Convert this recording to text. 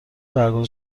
برگزار